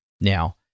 Now